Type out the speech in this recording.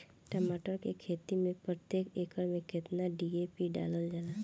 टमाटर के खेती मे प्रतेक एकड़ में केतना डी.ए.पी डालल जाला?